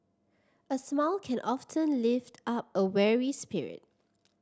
a smile can often lift up a weary spirit